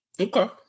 Okay